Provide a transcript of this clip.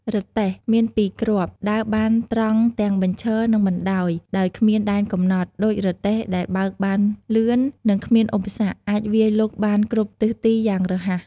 រទេះ មានពីរគ្រាប់ ដើរបានត្រង់ទាំងបញ្ឈរ និងបណ្តាយដោយគ្មានដែនកំណត់ ដូចរទេះដែលបើកបានលឿន និងគ្មានឧបសគ្គ អាចវាយលុកបានគ្រប់ទិសទីយ៉ាងរហ័ស។